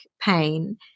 pain